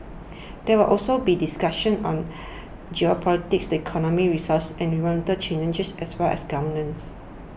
there will also be discussions on geopolitics the economy resource and environmental challenges as well as governance